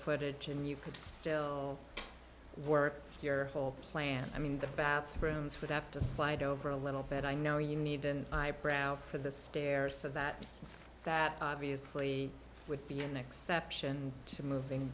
footage and you could still work your plan i mean the bathrooms for that to slide over a little bit i know you need an eyebrow for the stairs so that that obviously would be an exception to moving